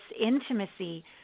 intimacy